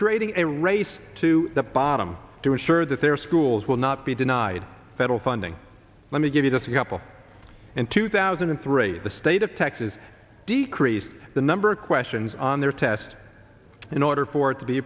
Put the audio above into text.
creating a race to the bottom to ensure that their schools will not be denied federal funding let me give you just a couple in two thousand and three the state of texas decreased the number of questions on their test in order for it to be